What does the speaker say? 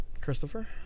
Christopher